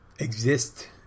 Exist